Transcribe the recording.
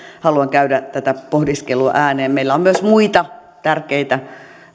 haluan käydä tätä pohdiskelua ääneen meillä on odottamassa myös muita tärkeitä